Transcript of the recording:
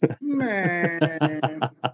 Man